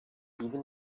even